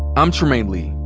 i'm trymaine lee.